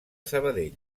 sabadell